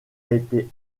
été